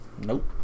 Nope